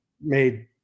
made